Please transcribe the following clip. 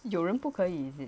有人不可以